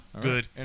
good